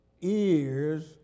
ears